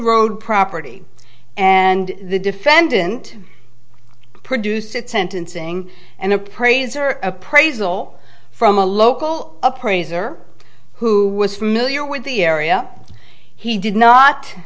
road property and the defendant produced at sentencing an appraiser appraisal from a local appraiser who was familiar with the area he did